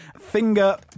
finger